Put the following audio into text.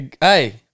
Hey